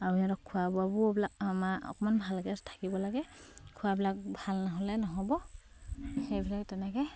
আৰু সিহঁতক খোৱা বোৱাবিলাক আমাৰ অকমান ভালকে থাকিব লাগে খোৱাবিলাক ভাল নহ'লে নহ'ব সেইবিলাক তেনেকে